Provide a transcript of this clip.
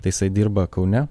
tai jisai dirba kaune